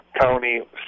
county